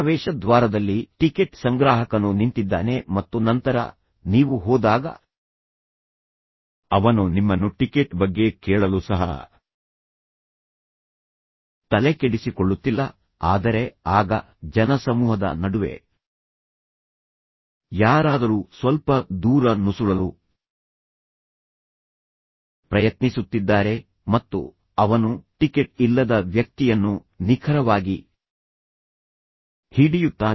ಪ್ರವೇಶದ್ವಾರದಲ್ಲಿ ticket ಸಂಗ್ರಾಹಕನು ನಿಂತಿದ್ದಾನೆ ಮತ್ತು ನಂತರ ನೀವು ಹೋದಾಗ ಅವನು ನಿಮ್ಮನ್ನು ಟಿಕೆಟ್ ಬಗ್ಗೆ ಕೇಳಲು ಸಹ ತಲೆಕೆಡಿಸಿಕೊಳ್ಳುತ್ತಿಲ್ಲ ಆದರೆ ಆಗ ಜನಸಮೂಹದ ನಡುವೆ ಯಾರಾದರೂ ಸ್ವಲ್ಪ ದೂರ ನುಸುಳಲು ಪ್ರಯತ್ನಿಸುತ್ತಿದ್ದಾರೆ ಮತ್ತು ಅವನು ಟಿಕೆಟ್ ಇಲ್ಲದ ವ್ಯಕ್ತಿಯನ್ನು ನಿಖರವಾಗಿ ಹಿಡಿಯುತ್ತಾನೆ